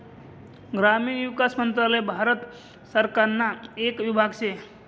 ग्रामीण विकास मंत्रालय भारत सरकारना येक विभाग शे